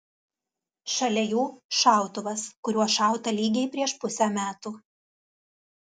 šalia jų šautuvas kuriuo šauta lygiai prieš pusę metų